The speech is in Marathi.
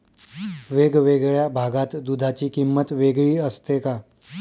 वेगवेगळ्या भागात दूधाची किंमत वेगळी असते का?